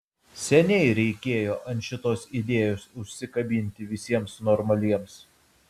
seniai reikėjo ant šitos idėjos užsikabinti visiems normaliems